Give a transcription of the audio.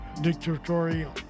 dictatorial